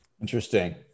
Interesting